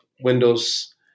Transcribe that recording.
Windows